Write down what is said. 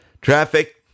Traffic